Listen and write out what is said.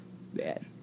Bad